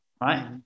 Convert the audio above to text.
right